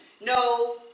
No